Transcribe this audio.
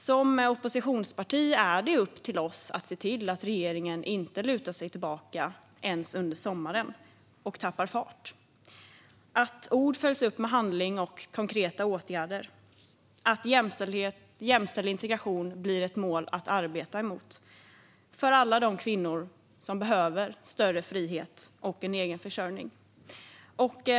Det är upp till oss som oppositionsparti att se till att regeringen inte ens under sommaren lutar sig tillbaka och tappar fart, att ord följs upp med handling och konkreta åtgärder och att jämställd integration blir ett mål att arbeta mot för alla de kvinnor som behöver större frihet och egen försörjning. Herr talman!